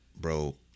Bro